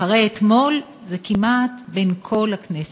אחרי אתמול זה כמעט כל הכנסת.